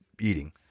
eating